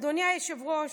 אדוני היושב-ראש,